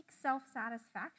self-satisfaction